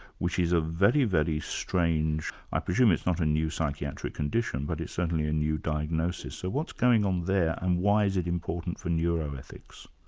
which is a very, very strange i presume it's not a new psychiatric condition, but it's certainly a new diagnosis. so what's going on there, and why is it important for neuroethics?